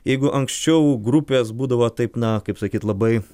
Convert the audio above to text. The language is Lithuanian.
jeigu anksčiau grupės būdavo taip na kaip sakyt labai